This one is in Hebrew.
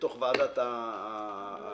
בתוך ועדת הכלכלה.